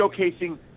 showcasing